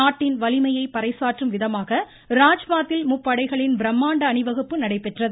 நாட்டின் வலிமையை பரைசாற்றும் விதமாக ராஜ்பாத்தில் முப்படைகளின் பிரம்மாண்ட அணிவகுப்பு நடைபெற்றது